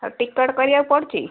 ticket କରିବାକୁ ପଡ଼ୁଛି